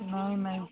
ନାଇଁ ନାଇଁ